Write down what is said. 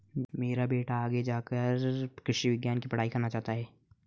मेरा बेटा आगे जाकर कृषि विज्ञान की पढ़ाई करना चाहता हैं